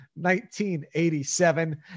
1987